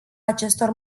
acestor